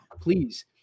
please